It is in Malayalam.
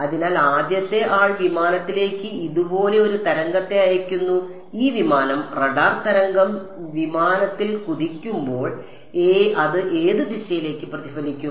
അതിനാൽ ആദ്യത്തെ ആൾ വിമാനത്തിലേക്ക് ഇതുപോലെ ഒരു തരംഗത്തെ അയയ്ക്കുന്നു ഈ വിമാനം റഡാർ തരംഗം വിമാനത്തിൽ കുതിക്കുമ്പോൾ അത് ഏത് ദിശയിലേക്ക് പ്രതിഫലിക്കും